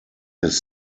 his